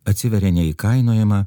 atsiveria neįkainojama